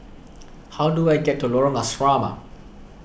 how do I get to Lorong Asrama